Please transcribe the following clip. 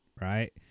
right